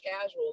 casual